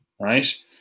right